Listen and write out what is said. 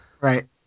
right